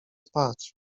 spać